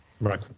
right